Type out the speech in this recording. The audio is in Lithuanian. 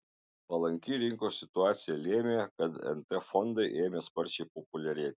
palanki rinkos situacija lėmė kad nt fondai ėmė sparčiai populiarėti